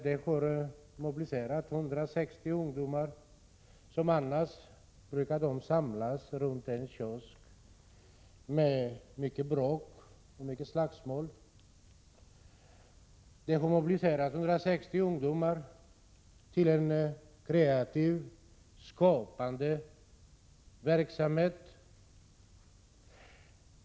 Den mobiliserade 160 ungdomar, som annars brukar samlas runt en kiosk med mycket bråk och slagsmål, till en kreativ, skapande verksamhet.